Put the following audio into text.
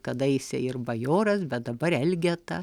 kadaise ir bajoras bet dabar elgeta